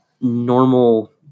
normal